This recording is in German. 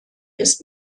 ist